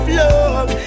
love